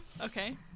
Okay